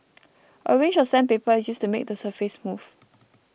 a range of sandpaper is used to make the surface smooth